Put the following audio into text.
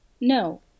No